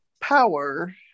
power